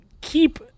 keep